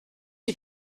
you